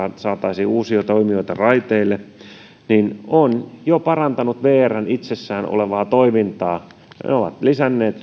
saataisiin uusia toimijoita raiteille on parantanut vrn itsensä toimintaa se on lisännyt